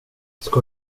ska